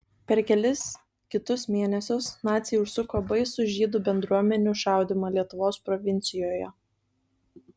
per kelis kitus mėnesius naciai užsuko baisų žydų bendruomenių šaudymą lietuvos provincijoje